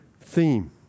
theme